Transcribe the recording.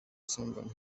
someone